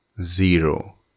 zero